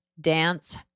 dance